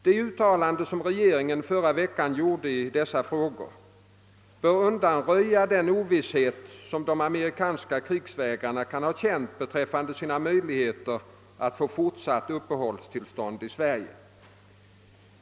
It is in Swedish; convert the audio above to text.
Det uttalande som regeringen förra veckan gjorde i dessa frågor bör undanröja den ovisshet som de amerikanska krigsvägrarna kan ha känt beträffande sina möjligheter att få fortsatt uppehållstillstånd i Sverige.